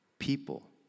People